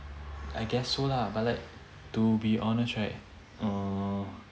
I guess so lah but like to be honest right uh